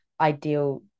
ideal